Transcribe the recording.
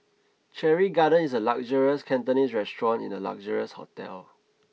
Cherry Garden is a luxurious Cantonese restaurant in a luxurious hotel